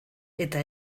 eta